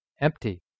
empty